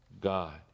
God